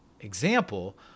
example